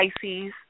Pisces